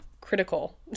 critical